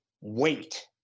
wait